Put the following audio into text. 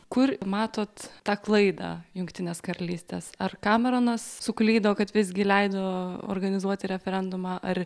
kur matot tą klaidą jungtinės karalystės ar kameronas suklydo kad visgi leido organizuoti referendumą ar